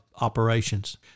Operations